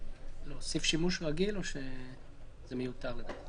להוסיף שימוש סביר או שזה מיותר לדעתכם?